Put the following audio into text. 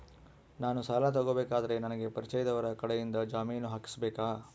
ನಾನು ಸಾಲ ತಗೋಬೇಕಾದರೆ ನನಗ ಪರಿಚಯದವರ ಕಡೆಯಿಂದ ಜಾಮೇನು ಹಾಕಿಸಬೇಕಾ?